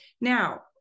Now